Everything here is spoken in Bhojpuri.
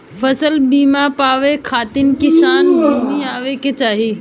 फ़सल बीमा पावे खाती कितना भूमि होवे के चाही?